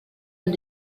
amb